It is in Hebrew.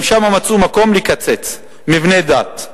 גם שם מצאו מקום לקצץ מבני דת.